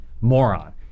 moron